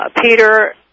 Peter